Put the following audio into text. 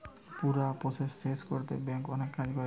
পুরা প্রসেস শেষ কোরতে ব্যাংক অনেক কাজ করে